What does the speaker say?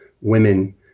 women